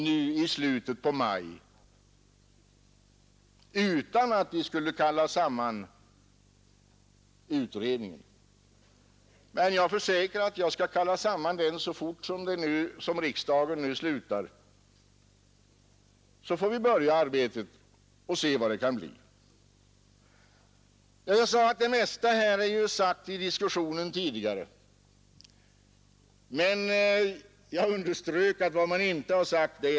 Rent formellt är det väl ändå riktigt att vänta. Jag vill dessutom peka på en annan sak.